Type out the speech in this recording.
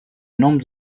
nombre